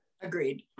Agreed